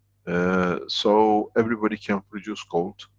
so, everybody can produce gold.